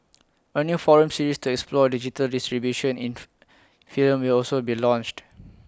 A new forum series to explore digital distribution in film will also be launched